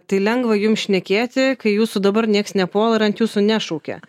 tai lengva jum šnekėti kai jūsų dabar nieks nepuola ir ant jūsų nešaukia